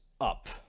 up